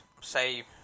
say